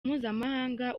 mpuzamahanga